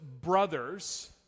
brothers